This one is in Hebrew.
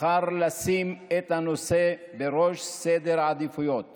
בחר לשים את הנושא בראש סדר העדיפויות